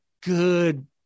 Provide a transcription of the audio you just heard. good